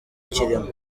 kirimwo